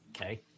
Okay